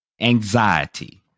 Anxiety